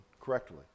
correctly